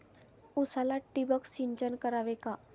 उसाला ठिबक सिंचन करावे का?